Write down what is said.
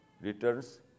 returns